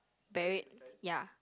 buried ya